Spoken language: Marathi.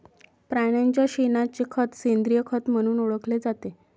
प्राण्यांच्या शेणाचे खत सेंद्रिय खत म्हणून ओळखले जाते